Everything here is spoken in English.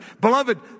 Beloved